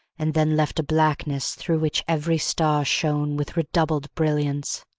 and then left a blackness through which every star shone with redoubled brilliance.